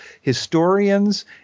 historians